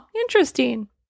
interesting